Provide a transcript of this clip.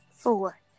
Four